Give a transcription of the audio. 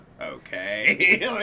okay